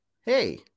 hey